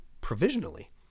provisionally